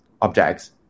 objects